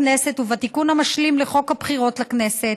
הכנסת ולתיקון המשלים לחוק הבחירות לכנסת.